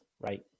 Right